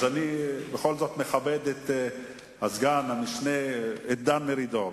אני בכל זאת מכבד את הסגן, המשנה, את דן מרידור.